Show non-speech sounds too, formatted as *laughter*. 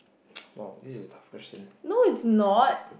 *noise* !wow! this is a tough question